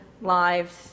lives